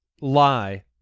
lie